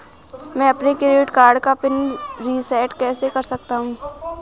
मैं अपने credit card का पिन रिसेट कैसे कर सकता हूँ?